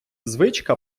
звичка